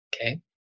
Okay